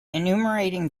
enumerating